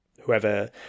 whoever